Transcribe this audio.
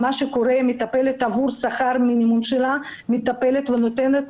מטפלת עבור שכר המינימום שלה מטפלת ונותנת